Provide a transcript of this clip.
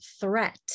threat